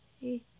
Hey